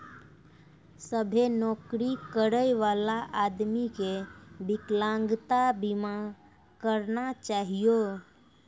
सभ्भे नौकरी करै बला आदमी के बिकलांगता बीमा करना चाहियो